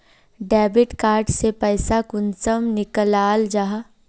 Debit card से पैसा कुंसम निकलाल जाहा?